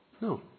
No